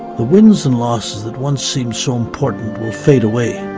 the wins and losses that once seemed so important will fade away.